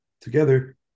together